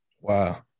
Wow